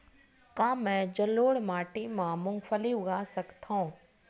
का मैं जलोढ़ माटी म मूंगफली उगा सकत हंव?